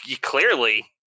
Clearly